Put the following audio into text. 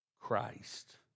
Christ